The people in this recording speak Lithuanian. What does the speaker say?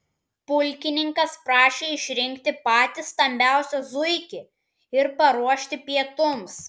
pulkininkas prašė išrinkti patį stambiausią zuikį ir paruošti pietums